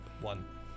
One